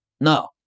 no